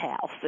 house